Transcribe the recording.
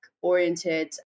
oriented